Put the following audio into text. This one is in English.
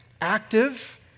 active